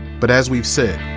but as we've said,